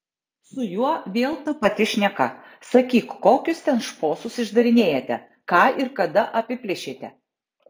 su juo vėl ta pati šneka sakyk kokius ten šposus išdarinėjate ką ir kada apiplėšėte